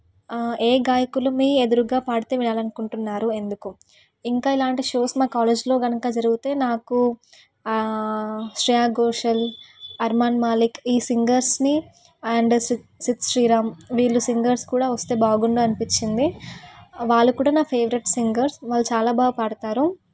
ఏ గాయకులు మీ ఎదురుగా పాడితే వినాలని అనుకుంటున్నారు ఎందుకు ఇంకా ఇలాంటి షోస్ మా కాలేజ్లో కనుక జరిగితే నాకు శ్రేయా ఘోషల్ అర్మాన్ మాలిక్ ఈ సింగర్స్ని అండ్ సిద్ సిద్ శ్రీరామ్ వీళ్ళు సింగర్స్ కూడా వస్తే బాగుండు అనిపించింది వాళ్ళు కూడా నా ఫేవరెట్ సింగర్స్ వాళ్ళు చాలా బాగా పాడతారు